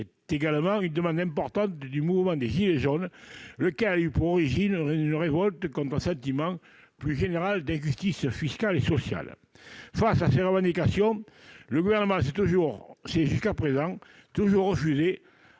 C'est également une demande importante du mouvement des « gilets jaunes », qui a eu pour origine une révolte contre un sentiment plus général d'injustice fiscale et sociale. Face à ces revendications, le Gouvernement s'est jusqu'à présent toujours refusé